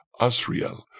Asriel